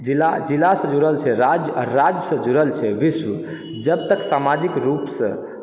जिला जिलासँ जुड़ल छै राज्य राज्यसँ जुड़ल छै विश्व जबतक सामाजिक रूप सँ